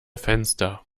fenster